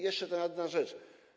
Jeszcze ta jedna rzecz.